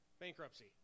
bankruptcy